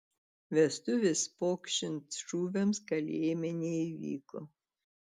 vestuvės pokšint šūviams kalėjime neįvyko